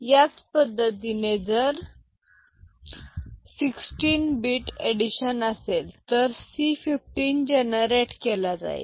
याच पद्धतीने जर 16 bit एडिशन असेल तर C 15 जनरेट केला जाईल